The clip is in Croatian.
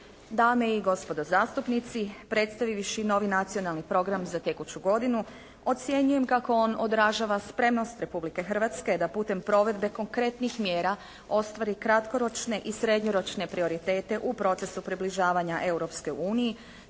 Dame i gospodo zastupnici, predstavivši novi Nacionalni program za tekuću godinu, ocjenjujem kako on odražava spremnost Republike Hrvatske da putem provedbe konkretnih mjera ostvari kratkoročne i srednjoročne prioritete u procesu približavanja Europskoj uniji